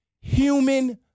human